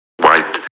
white